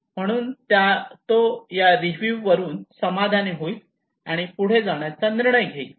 म्हणून तो या रिव्हिव वरून समाधानी होईल आणि पुढे जाण्याचा निर्णय घेईल